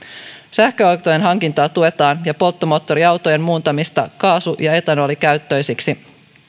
sähköautojen hankintaa tuetaan ja polttomoottoriautojen muuntamista kaasu ja etanolikäyttöisiksi